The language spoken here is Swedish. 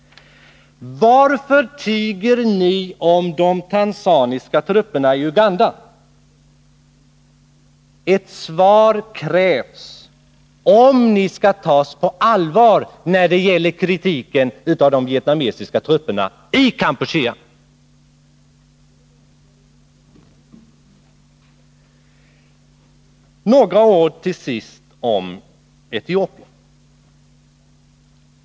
Varför tiger ni om de tanzaniska trupperna i Uganda? Ett svar krävs, om ni skall tas på allvar när det gäller kritiken av de vietnamesiska trupperna i Kampuchea. Till sist några ord om Etiopien.